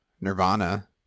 Nirvana